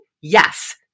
Yes